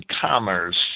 commerce